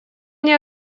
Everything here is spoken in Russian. они